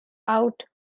out